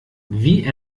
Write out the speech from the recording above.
wie